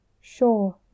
Sure